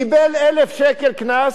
קיבל 1,000 שקל קנס,